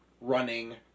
running